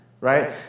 right